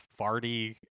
farty